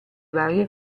varie